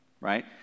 right